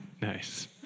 Nice